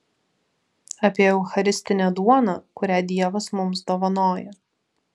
apie eucharistinę duoną kurią dievas mums dovanoja